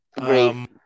Great